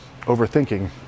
overthinking